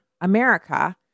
America